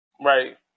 right